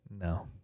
No